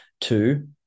two